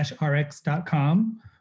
rx.com